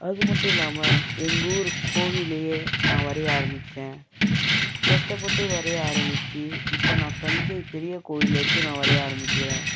அது மட்டும் இல்லாமல் எங்கள் ஊர் கோவில்லயே நான் வரைய ஆரம்பிச்சேன் கஷ்டப்பட்டு வரைய ஆரம்பிச்சு இப்போ நான் தஞ்சை பெரிய கோயில் வரைக்கும் நான் வரைய ஆரம்பிக்கிறேன்